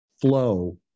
flow